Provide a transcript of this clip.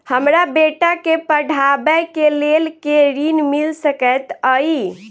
हमरा बेटा केँ पढ़ाबै केँ लेल केँ ऋण मिल सकैत अई?